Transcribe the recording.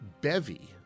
bevy